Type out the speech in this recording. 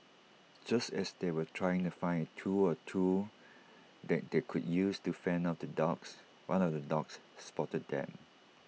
just as they were trying to find A tool or two that they could use to fend off the dogs one of the dogs spotted them